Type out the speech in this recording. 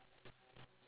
no